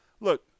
Look